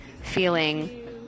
feeling